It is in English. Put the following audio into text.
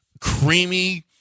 creamy